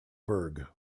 berg